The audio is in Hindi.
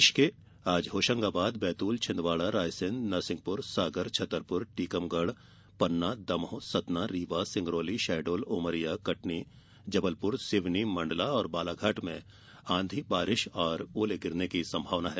प्रदेष के आज होशंगाबाद बैतूल छिंदवाड़ा रायसेन नरसिंहपूर सागर छतरपूर टीकमगढ़ पन्ना दमोह सतना रीवा सिंगरौली शहडोल उमरिया कटनी जबलपुर सिवनी मंडला और बालाघाट में आंधी बारिश और ओले गिरने की संभावना है